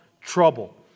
trouble